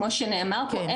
כמו שנאמר פה,